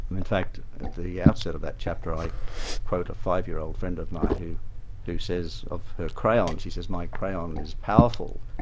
in fact at the outset of that chapter, i a five-year-old friend of mine who who says of her crayons, she says, my crayon is powerful,